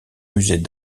musée